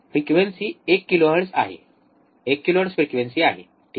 frequency एक kilohertz आहे एक किलोहर्ट्झ फ्रिक्वेंसी आहे ठीक आहे